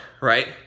right